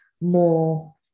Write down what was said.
more